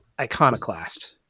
iconoclast